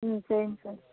ம் சரிங்க சார்